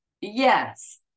yes